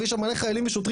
ויש שם מלא חיילים ושוטרים,